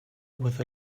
with